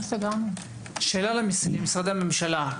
שאלה למשרדי הממשלה.